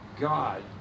God